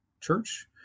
Church